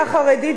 מקשיב?